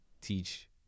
teach